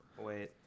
Wait